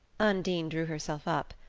undine drew herself up.